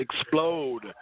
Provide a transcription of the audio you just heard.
explode